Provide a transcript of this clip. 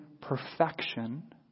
perfection